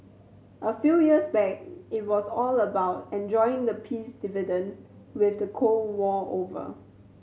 a few years back it was all about enjoying the peace dividend with the Cold War over